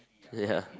ya